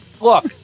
Look